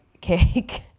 cake